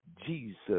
Jesus